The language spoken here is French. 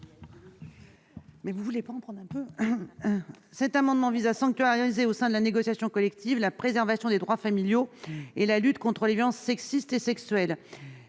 La parole est à Mme Laurence Rossignol. Cet amendement vise à sanctuariser, au sein de la négociation collective, la préservation des droits familiaux et la lutte contre les violences sexistes et sexuelles.